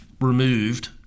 removed